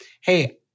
hey